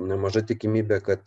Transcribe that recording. nemaža tikimybė kad